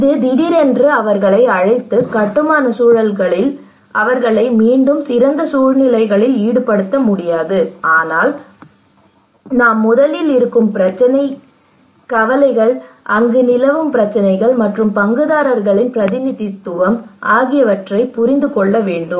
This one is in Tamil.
இது திடீரென்று அவர்களை அழைத்து கட்டுமான சூழ்நிலைகளில் அவர்களை மீண்டும் சிறந்த சூழ்நிலைகளில் ஈடுபடுத்த முடியாது ஆனால் நாம் முதலில் இருக்கும் பிரச்சினை என்ன கவலைகள் அங்கு நிலவும் பிரச்சினைகள் மற்றும் பங்குதாரர்களின் பிரதிநிதித்துவம் ஆகியவற்றை முதலில் புரிந்து கொள்ள வேண்டும்